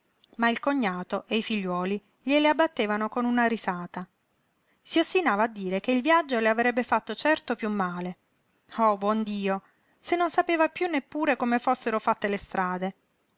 ma il cognato e i figliuoli gliele abbattevano con una risata si ostinava a dire che il viaggio le avrebbe fatto certo piú male oh buon dio se non sapeva piú neppure come fossero fatte le strade